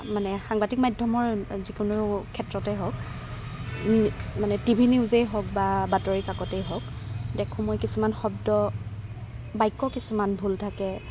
মানে সাংবাদিক মাধ্যমৰ যিকোনো ক্ষেত্ৰতে হওক মানে টি ভি নিউজে হওক বা বাতৰি কাকতেই হওক দেখো মই কিছুমান শব্দ বাক্য কিছুমান ভুল থাকে